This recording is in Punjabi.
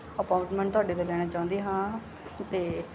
ਅਪੋਟਮੈਂਟ ਤੁਹਾਡੇ ਤੋਂ ਲੈਣਾ ਚਾਹੁੰਦੀ ਹਾਂ ਅਤੇ